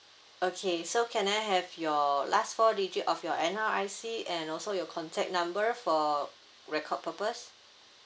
okay so can I have your last four digit of your N_R_I_C and also your contact number for record purpose